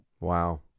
Wow